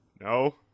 No